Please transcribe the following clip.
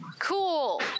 cool